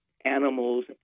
animals